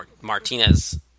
Martinez